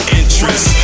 interest